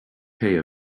pay